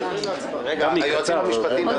מוותר.